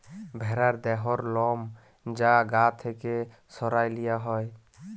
ভ্যারার দেহর লম যা গা থ্যাকে সরাঁয় লিয়া হ্যয়